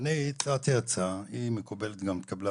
אני הצעתי הצעה והיא מקובלת וגם התקבלה